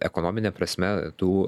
ekonomine prasme tų